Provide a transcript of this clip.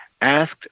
asked